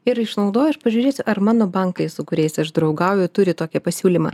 ir išnaudoju aš pažiūrėsiu ar mano bankai su kuriais aš draugauju turi tokį pasiūlymą